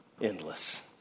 Endless